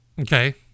Okay